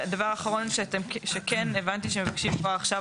דבר אחרון שכן שהבנתי שמבקשים כבר עכשיו